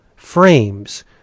Frames